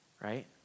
Right